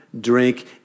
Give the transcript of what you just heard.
drink